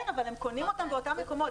כן, אבל הם קונים אותם באותם מקומות.